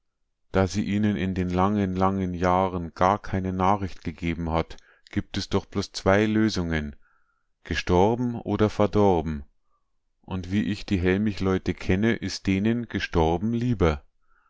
da sie ihnen in den langen langen jahren gar keine nachricht gegeben hat gibt es doch bloß zwei lösungen gestorben oder verdorben und wie ich die hellmichleute kenne ist denen gestorben lieber